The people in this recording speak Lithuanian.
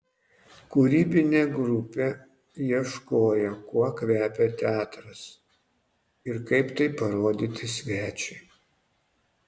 kūrybinė grupė ieškojo kuo kvepia teatras ir kaip tai parodyti svečiui